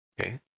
Okay